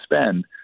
spend